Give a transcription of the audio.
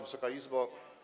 Wysoka Izbo!